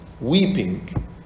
weeping